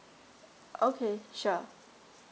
okay sure